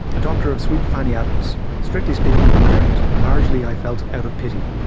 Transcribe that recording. a doctor of sweet fanny adams. strictly speaking, unearned, and largely, i felt, out of pity.